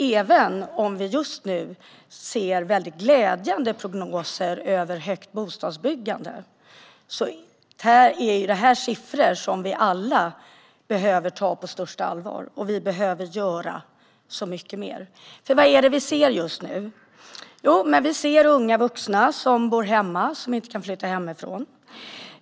Även om vi just nu ser glädjande prognoser om ett högt bostadsbyggande är detta siffror som vi alla måste ta på största allvar. Vi behöver göra mycket mer. Vad är det vi ser just nu? Jo, vi ser unga vuxna som bor hemma hos föräldrarna och inte kan flytta hemifrån.